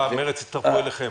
ומרצ הצטרפו אליכם.